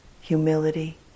humility